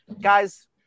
Guys